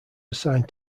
assigned